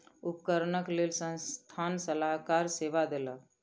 उपकरणक लेल संस्थान सलाहकार सेवा देलक